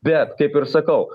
bet kaip ir sakau